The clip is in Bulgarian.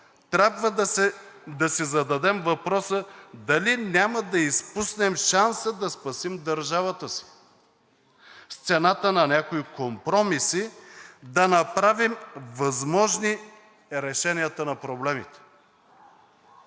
Трябва да си зададем въпроса: дали няма да изпуснем шанса да спасим държавата си? С цената на някои компромиси да направим възможни решенията на проблемите!